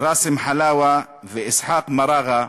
וראסם חלאווה ואסחאק מע'אגה